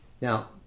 now